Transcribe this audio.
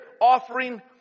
offering